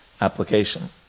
application